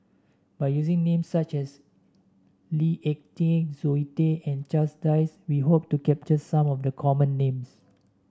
by using names such as Lee Ek Tieng Zoe Tay and Charles Dyce we hope to capture some of the common names